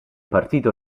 partito